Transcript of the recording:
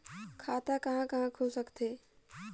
खाता कहा कहा खुल सकथे?